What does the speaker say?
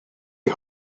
die